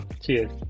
Cheers